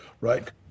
right